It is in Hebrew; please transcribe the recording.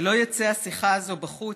שלא יצא השיחה הזאת בחוץ.